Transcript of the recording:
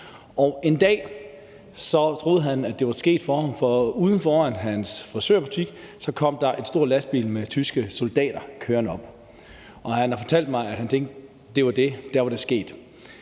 En dag troede han, at det var sket med ham, for ude foran hans frisørsalon kom der en stor lastbil med tyske soldater kørende op, og han har fortalt mig, at han tænkte, at det var det, der var det sket.